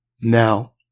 Now